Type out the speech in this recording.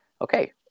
okay